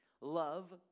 love